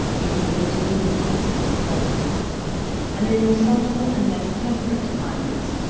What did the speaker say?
in order to minimize this peril and in the southern and less temperate climates,